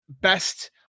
best